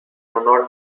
honor